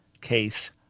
case